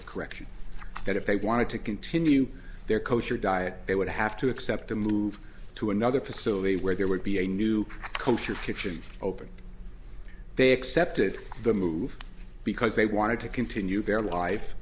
of corrections that if they wanted to continue their kosher diet they would have to accept a move to another facility where there would be a new kosher kitchen open they accepted the move because they wanted to continue their life